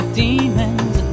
demons